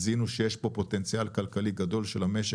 זיהינו שיש פה פוטנציאל כלכלי גדול של המשק